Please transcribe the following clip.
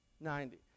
Ninety